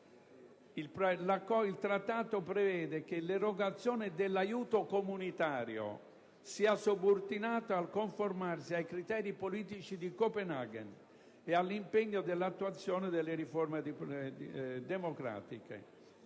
altri Accordi, che l'erogazione dell'aiuto comunitario sia subordinato al conformarsi ai criteri politici di Copenaghen ed all'impegno per l'attuazione delle riforme democratiche.